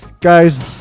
Guys